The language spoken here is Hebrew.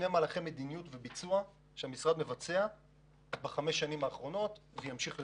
מדיניות וביצוע שהמשרד מבצע בחמש השנים האחרונות וימשיך לבצע.